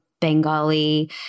Bengali